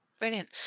Brilliant